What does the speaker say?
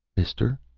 mister,